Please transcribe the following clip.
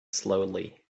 slowly